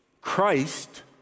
Christ